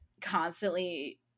constantly